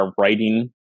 writing